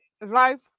life